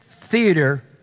theater